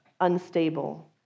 unstable